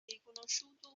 riconosciuto